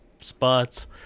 spots